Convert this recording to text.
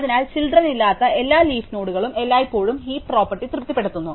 അതിനാൽ ചിൽഡ്രൻ ഇലാത്ത എല്ലാ ലീഫ് നോഡുകളും എല്ലായ്പ്പോഴും ഹീപ് പ്രോപ്പർട്ടി തൃപ്തിപ്പെടുത്തുന്നു